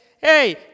Hey